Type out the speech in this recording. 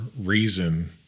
reason